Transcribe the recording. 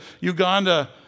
Uganda